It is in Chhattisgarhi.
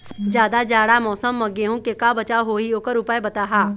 जादा जाड़ा मौसम म गेहूं के का बचाव होही ओकर उपाय बताहा?